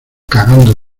cagando